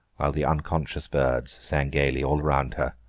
while the unconscious birds sang gaily all around her.